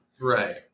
Right